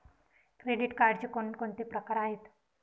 Credit कार्डचे कोणकोणते प्रकार आहेत?